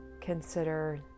consider